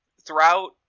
throughout